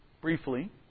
briefly